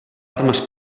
armes